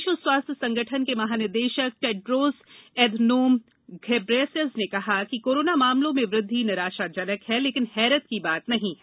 विश्व स्वास्थ्य संगठन के महानिदेशक टेड्रोस एघनोम घेब्रेयसस ने कहा कि कोरोना मामलों में वृद्धि निराशाजनक है लेकिन हैरत की बात नहीं है